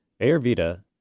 Ayurveda